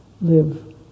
live